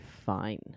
fine